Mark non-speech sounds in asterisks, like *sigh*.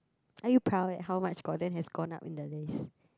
*noise* are you proud that how much Gordon has gone up in the list